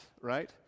right